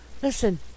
Listen